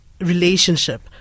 relationship